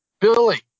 Billy